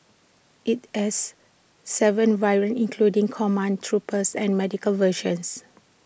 IT has Seven variants including command troopers and medical versions